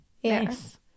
yes